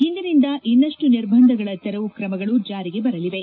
ಇಂದಿನಿಂದ ಇನ್ನಷ್ಟು ನಿರ್ಬಂಧಗಳ ತೆರವು ಕ್ರಮಗಳು ಜಾರಿಗೆ ಬರಲಿವೆ